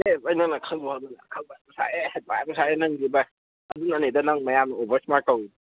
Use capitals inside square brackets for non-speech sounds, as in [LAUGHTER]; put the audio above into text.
ꯑꯦ ꯚꯥꯏ ꯅꯪꯅ ꯈꯪꯗꯕ [UNINTELLIGIBLE] ꯑꯈꯪꯕ ꯌꯥꯝ ꯁꯥꯏꯌꯦ ꯍꯩꯄꯥ ꯌꯥꯝ ꯁꯥꯏꯌꯦ ꯅꯪꯁꯦ ꯚꯥꯏ ꯑꯗꯨꯅꯅꯤꯗ ꯅꯪ ꯃꯌꯥꯝꯅ ꯑꯣꯕꯔꯁ꯭ꯃꯥꯔꯠ ꯀꯧꯔꯤꯗꯣ